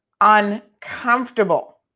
uncomfortable